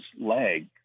leg